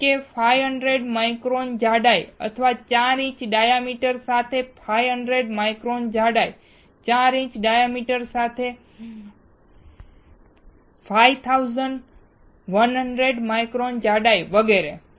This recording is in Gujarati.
જેમ કે 500 માઇક્રોન જાડાઈ 4 ઇંચના ડાયામીટર સાથે 500 માઇક્રોન જાડાઈ 4 ઇંચના ડાયામીટર સાથે 5100 માઇક્રોન જાડાઈ વગેરે